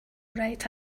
right